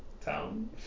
Town